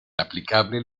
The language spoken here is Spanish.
aplicable